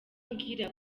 mbwira